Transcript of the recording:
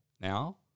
now